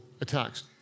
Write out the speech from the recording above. attacks